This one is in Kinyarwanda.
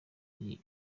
iri